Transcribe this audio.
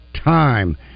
time